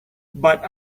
but